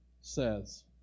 says